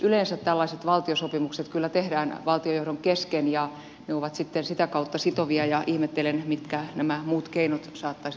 yleensä tällaiset valtiosopimukset kyllä tehdään valtiojohdon kesken ja ne ovat sitten sitä kautta sitovia ja ihmettelen mitkä nämä muut keinot saattaisivat olla